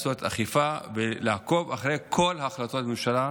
לעשות אכיפה ולעקוב אחרי כל החלטות הממשלה,